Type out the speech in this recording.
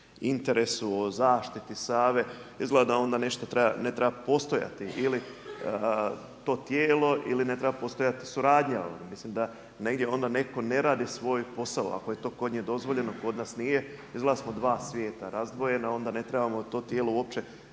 o zaštiti Save. Izgleda da onda nešto treba, ne treba postojati ili to tijelo ili ne treba postojati suradnja. Mislim da negdje onda netko ne radi svoj posao ako je to kod njih dozvoljeno, kod nas nije. Izgleda da smo dva svijeta razdvojena, onda ne trebamo to tijelo uopće